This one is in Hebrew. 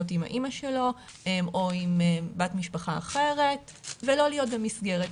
עם האימא שלו או עם בת משפחה אחרת ולא להיות במסגרת.